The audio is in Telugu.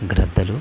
గ్రద్దలు